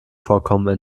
vorkommen